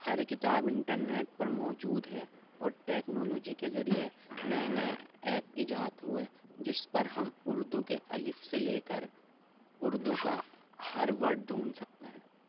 ہر کتاب انٹرنیٹ پر موجود ہے اور ٹیکنولوجی کے ذریعہ نٮٔے نٮٔے ایپ ایجاد ہوئے جس پر ہم اردو کے الف سے لے کر اردو کا ہر ورڈ ڈھونڈ سکتے ہیں